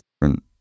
different